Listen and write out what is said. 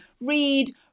Read